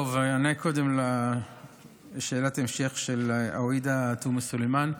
אני אענה קודם על שאלת ההמשך של עאידה תומא סלימאן.